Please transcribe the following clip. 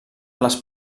les